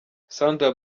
sandra